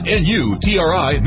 n-u-t-r-i